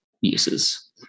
uses